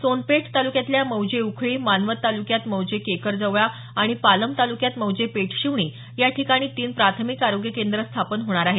सोनपेठ तालुक्यातल्या मौजे उखळी मानवत तालुक्यात मौजे केकरजवळा आणि पालम तालुक्यात मौजे पेठशिवणी या ठिकाणी तीन प्राथमिक आरोग्य केंद्र स्थापन होणार आहेत